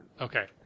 Okay